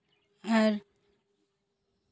ᱟᱨ